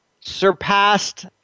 surpassed